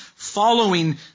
following